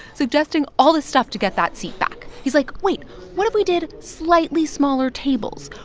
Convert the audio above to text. suggesting all this stuff to get that seat back. he's like, wait what if we did slightly smaller tables?